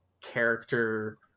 character